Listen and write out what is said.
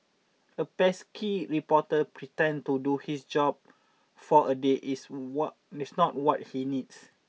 a pesky reporter pretend to do his job for a day is what miss not what he needs